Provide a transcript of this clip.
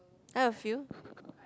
I have a few